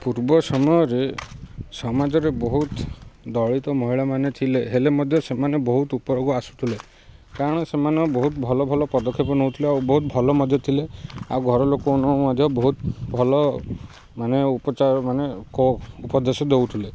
ପୂର୍ବ ସମୟରେ ସମାଜରେ ବହୁତ ଦଳିତ ମହିଳା ମାନେ ଥିଲେ ହେଲେ ମଧ୍ୟ ସେମାନେ ବହୁତ ଉପରକୁ ଆସୁଥିଲେ କାରଣ ସେମାନେ ବହୁତ ଭଲ ଭଲ ପଦକ୍ଷେପ ନେଉଥିଲେ ଆଉ ବହୁତ ଭଲ ମଧ୍ୟ ଥିଲେ ଆଉ ଘରଲୋକଙ୍କୁ ମଧ୍ୟ ବହୁତ ଭଲ ମାନେ ଉପଚାର ମାନେ ଉପଦେଶ ଦେଉଥିଲେ